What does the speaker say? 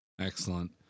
Excellent